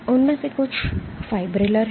उनमें से कुछ फाइब्रिलर हैं